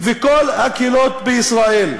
לכל הקהילות בישראל.